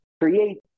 create